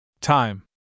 Time